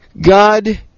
God